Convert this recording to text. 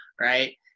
right